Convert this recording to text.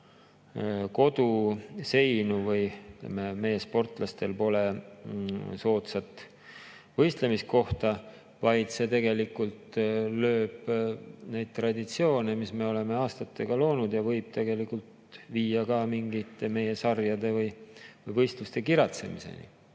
koduseinu või meie sportlastel pole soodsat võistlemiskohta, vaid see tegelikult lööb neid traditsioone, mis me oleme aastatega loonud, ja võib tegelikult viia mingite meie sarjade või võistluste kiratsemiseni. Kuidas